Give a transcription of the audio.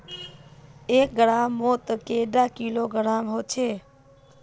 एक ग्राम मौत कैडा किलोग्राम होचे?